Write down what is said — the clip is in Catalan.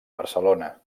barcelona